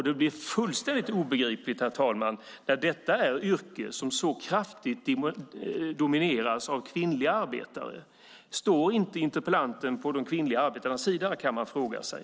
Det blir också fullständigt obegripligt, herr talman, när detta är yrken som så kraftigt domineras av kvinnliga arbetare. Står inte interpellanten på de kvinnliga arbetarnas sida? Det kan man fråga sig.